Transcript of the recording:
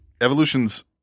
Evolution's